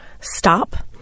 stop